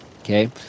okay